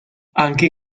anche